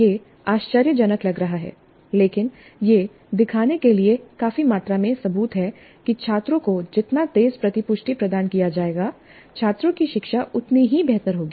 यह आश्चर्यजनक लग रहा है लेकिन यह दिखाने के लिए काफी मात्रा में सबूत हैं कि छात्रों को जितना तेज़ प्रतिपुष्टि प्रदान किया जाएगा छात्रों की शिक्षा उतनी ही बेहतर होगी